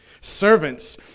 servants